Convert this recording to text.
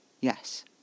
Yes